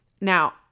Now